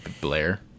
Blair